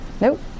Nope